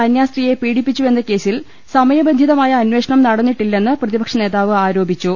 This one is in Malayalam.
കന്യാസ്ത്രീയെ പീഡിപ്പിച്ചുവെന്ന കേസിൽ സമയബന്ധി തമായ അന്വേഷണം നടന്നിട്ടില്ലെന്ന് പ്രതിപക്ഷനേതാവ് ആരോ പിച്ചു